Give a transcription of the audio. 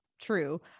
true